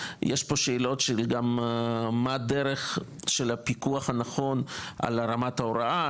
יש פה שאלות של מהי דרך של הפיקוח הנכון על רמת ההוראה,